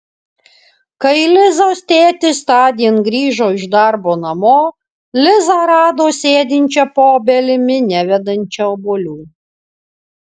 kai lizos tėtis tądien grįžo iš darbo namo lizą rado sėdinčią po obelimi nevedančia obuolių